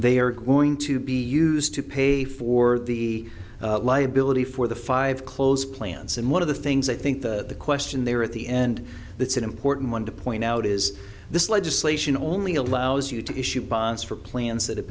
they are going to be used to pay for the liability for the five close plants and one of the things i think the question there at the end that's an important one to point out is this legislation only allows you to issue bonds for plans that have